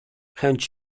chęć